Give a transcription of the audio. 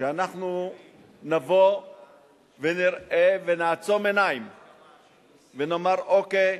שאנחנו נבוא ונראה ונעצום עיניים ונאמר: אוקיי,